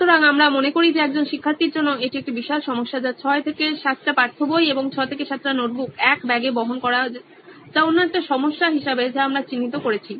সুতরাং আমরা মনে করি যে একজন শিক্ষার্থীর জন্য এটি একটি বিশাল সমস্যা যা 6 থেকে 7 টি পাঠ্য বই এবং 6 থেকে 7 টি নোটবুক এক ব্যাগে বহন করা যা অন্য একটা সমস্যা হিসেবে যা আমরা চিহ্নিত করেছি